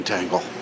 Tangle